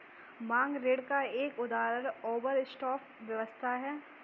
मांग ऋण का एक उदाहरण ओवरड्राफ्ट व्यवस्था है